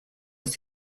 ist